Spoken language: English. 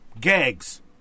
gags